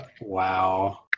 Wow